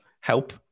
help